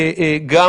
גם,